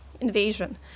invasion